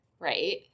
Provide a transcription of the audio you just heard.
right